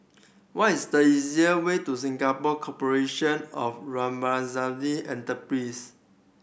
what is the easier way to Singapore Corporation of Enterprise